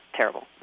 terrible